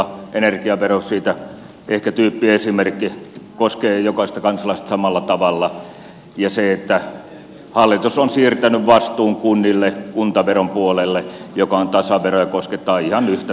energiaverot on siitä ehkä tyyppiesimerkki koskee jokaista kansalaista samalla tavalla ja se että hallitus on siirtänyt vastuun kunnille kuntaveron puolelle joka on tasavero ja koskettaa ihan yhtä tavalla kaikkia